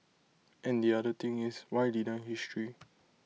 and the other thing is why deny history